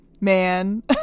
man